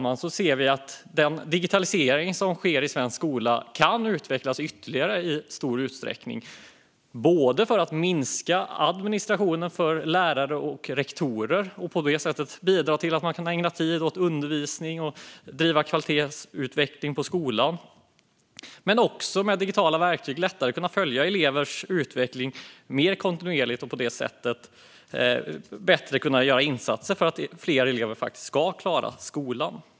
Därutöver ser vi att den digitalisering som sker i svensk skola kan utvecklas ytterligare både för att minska administrationen för lärare och rektorer så att de kan ägna tid åt undervisning och kvalitetsutveckling på skolan och för att man lättare ska kunna följa elevers utveckling kontinuerligt och på det sättet göra insatser för att fler elever faktiskt ska klara skolan.